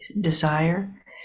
desire